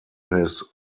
his